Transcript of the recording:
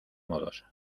modos